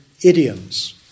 idioms